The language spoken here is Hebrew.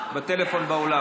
בטלפון באולם.